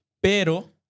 Pero